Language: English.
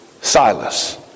Silas